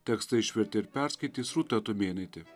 tekstą išvertė ir perskaitys rūta tumėnaitė